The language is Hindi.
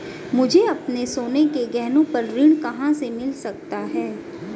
मुझे अपने सोने के गहनों पर ऋण कहां से मिल सकता है?